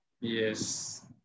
Yes